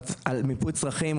במיפוי צרכים,